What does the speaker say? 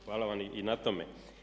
Hvala vam i na tome.